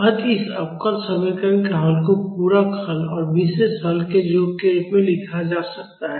अतः इस अवकल समीकरण के हल को पूरक हल और विशेष हल के योग के रूप में लिखा जा सकता है